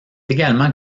également